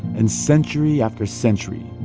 and century after century,